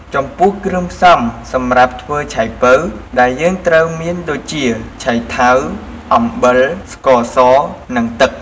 ចំពោះគ្រឿងផ្សំសម្រាប់ធ្វើឆៃប៉ូវដែលយេីងត្រូវមានដូចជា ឆៃថាវ អំបិល ស្ករស និង ទឹក។